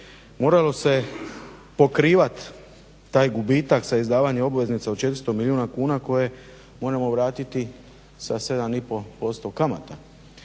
moralo se pokrivat taj gubitak za izdavanje obveznica od 400 milijuna kuna koje moramo vratiti sa 7,5% kamata